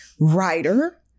writer